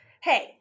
hey